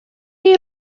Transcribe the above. chi